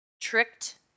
tricked